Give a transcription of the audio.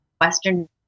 Western